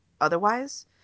otherwise